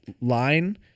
line